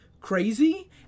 crazy